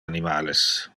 animales